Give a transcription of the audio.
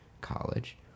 college